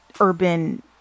urban